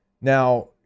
Now